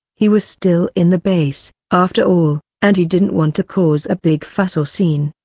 he was still in the base, after all, and he didn't want to cause a big fuss or scene.